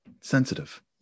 sensitive